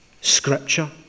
scripture